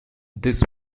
this